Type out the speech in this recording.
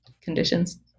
conditions